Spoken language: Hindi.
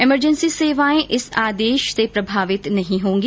इमरजेंसी सेवाएं इस आदेश से प्रभावित नहीं होंगी